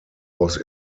was